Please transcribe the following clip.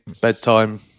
bedtime